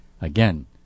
again